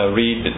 read